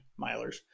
milers